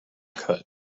cut